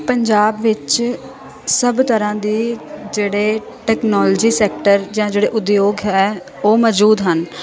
ਪੰਜਾਬ ਵਿੱਚ ਸਭ ਤਰ੍ਹਾਂ ਦੇ ਜਿਹੜੇ ਟੈਕਨੋਲਜੀ ਸੈਕਟਰ ਜਾਂ ਜਿਹੜੇ ਉਦਯੋਗ ਹੈ ਉਹ ਮੌਜੂਦ ਹਨ